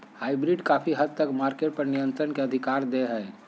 hybrid काफी हद तक मार्केट पर नियन्त्रण के अधिकार दे हय